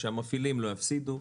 שהמפעילים לא יפסידו,